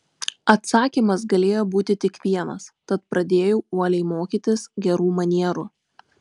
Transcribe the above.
atsakymas galėjo būti tik vienas tad pradėjau uoliai mokytis gerų manierų